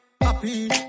happy